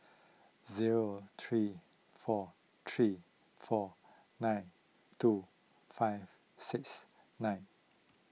zero three four three four nine two five six nine